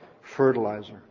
fertilizer